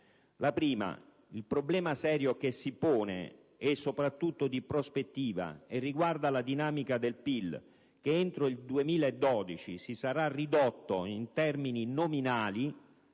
le novità. Il problema serio che si pone è soprattutto di prospettiva e riguarda la dinamica del PIL, che entro il 2012 si sarà ridotto in termini nominali